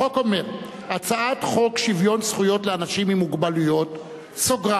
החוק אומר: הצעת חוק שוויון זכויות לאנשים עם מוגבלות (תיקון,